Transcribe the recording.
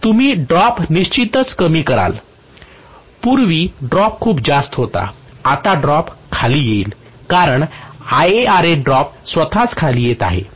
तर तुम्ही ड्रॉप निश्चितच कमी कराल पूर्वी ड्रॉप खूपच जास्त होता आता ड्रॉप खाली येईल कारण ड्रॉप स्वतःच खाली येत आहे